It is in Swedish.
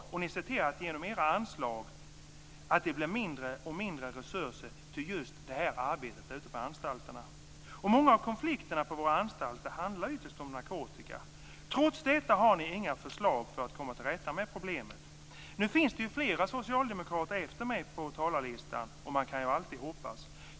Dessutom ser ni till att det genom era anslag blir mindre och mindre resurser till just det här arbetet ute på anstalterna. Många av konflikterna på våra anstalter handlar ytterst om narkotika. Trots det har ni inga förslag för att komma till rätta med problemen. Flera socialdemokrater finns efter mig på talarlistan så man kan alltid hoppas.